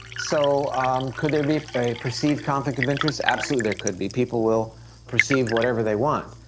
so um could there be a perceived conflict of interest? absolutely there could be. people will perceive whatever they want.